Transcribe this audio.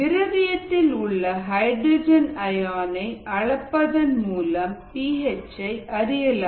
திரவியத்தில் உள்ள hydrogen ion ஐ அளப்பதன் மூலம் பி ஹெச் ஐ அறியலாம்